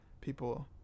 people